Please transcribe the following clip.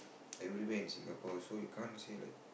everywhere in Singapore so you can't say like